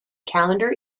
calendar